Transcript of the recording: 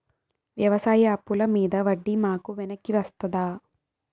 వ్యవసాయ అప్పుల మీద వడ్డీ మాకు వెనక్కి వస్తదా?